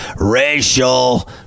racial